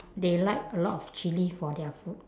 they like a lot of chilli for their food